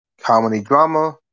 comedy-drama